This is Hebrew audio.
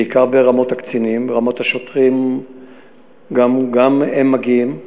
בעיקר ברמות הקצינים, ברמות השוטרים גם מגיעים.